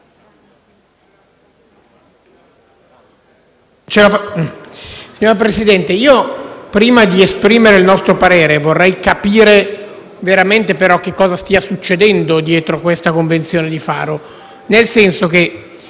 Signor Presidente, prima di esprimere il nostro parere vorrei capire veramente che cosa stia succedendo dietro a questa Convenzione di Faro. La Commissione